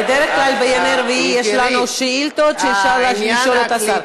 בדרך כלל בימי רביעי יש לנו שאילתות שאפשר לשאול את השר.